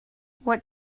what